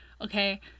Okay